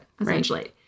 essentially